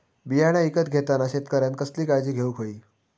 बियाणा ईकत घेताना शेतकऱ्यानं कसली काळजी घेऊक होई?